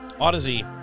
Odyssey